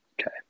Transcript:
Okay